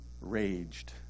raged